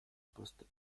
poste